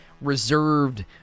reserved